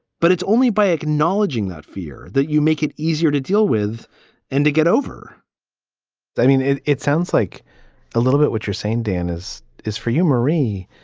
but it's only by acknowledging that fear that you make it easier to deal with and to get over i mean, it it sounds like a little bit what you're saying. danas is for you, marie.